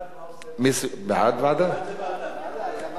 להעביר את הנושא לוועדה שתקבע ועדת הכנסת